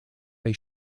they